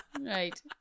right